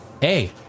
Hey